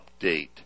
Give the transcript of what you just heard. update